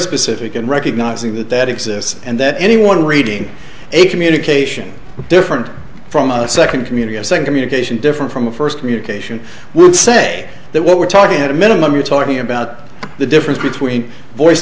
specific and recognising that that exists and that anyone reading a communication different from a second community a second communication different from a first communication would say that what we're talking at a minimum you're talking about the difference between voice